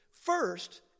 first